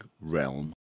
realm